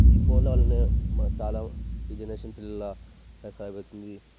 ఈ ఫోన్లో చాలా ఈ జనరేషన్ పిల్లల లైఫ్ అవుతుంది